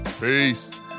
Peace